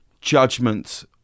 judgment